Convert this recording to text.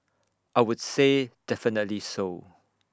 I would say definitely so